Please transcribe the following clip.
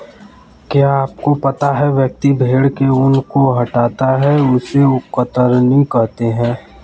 क्या आपको पता है व्यक्ति भेड़ के ऊन को हटाता है उसे कतरनी कहते है?